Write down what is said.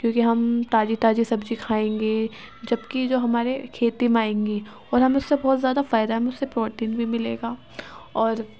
کیونکہ کہ ہم تازی تازی سبزی کھائیں گے جب کہ جو ہمارے کھیتی مائیں گی اور ہم اس سے بہت زیادہ فائدہ ہے ہمیں اس سے پروٹین بھی ملے گا اور